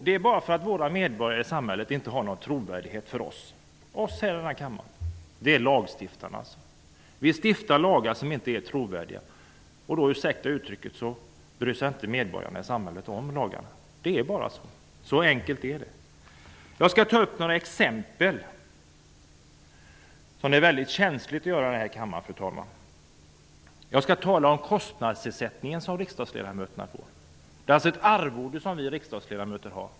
Det beror på att medborgarna i det svenska samhället inte har någon tilltro till oss i denna kammare, lagstiftarna. Vi stiftar lagar som inte är trovärdiga. Då -- ursäkta utrycket -- bryr sig inte medborgarna i samhället om lagarna. Det är bara så enkelt. Jag skall ta upp några exempel. Det är visserligen känsligt att göra så i denna kammare, fru talman. Men jag skall tala om den kostnadsersättning som riksdagsledamöterna får. Det är alltså ett arvode som vi riksdagsledamöter får.